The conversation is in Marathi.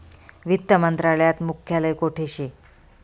वित्त मंत्रालयात मुख्यालय कोठे शे